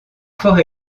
fort